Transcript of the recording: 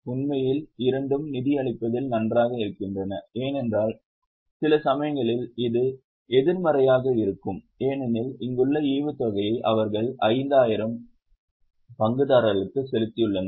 உண்மையில் இரண்டும் நிதியளிப்பதில் நன்றாக இருக்கின்றன ஏனென்றால் சில சமயங்களில் இது எதிர்மறையாக இருக்கும் ஏனெனில் இங்குள்ள ஈவுத்தொகையை அவர்கள் 5000 பங்குதாரர்களுக்கு செலுத்தியுள்ளனர்